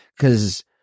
cause